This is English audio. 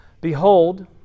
Behold